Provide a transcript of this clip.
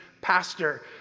pastor